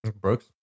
Brooks